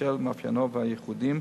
בשל מאפייניו הייחודיים,